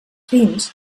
pins